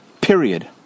period